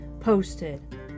posted